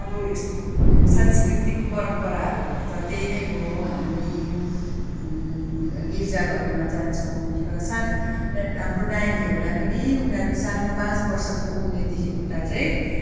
अब यस सांस्कृतिक परम्पराहरू त त्यही नै हो हामी गिर्जाघरमा जान्छौँ र सानो र हाम्रो नानीहरूलाई नी उनारू सानो पाँच बर्षको उमेरदेखि उता चाहिँ